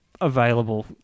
available